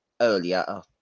earlier